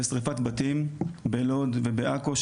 בשריפת בתים בלוד ובעכו,